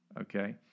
okay